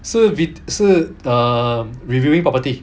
so will be a bit so um reviewing property